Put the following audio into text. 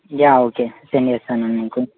yeah okay send చేస్తాను నేను మీకు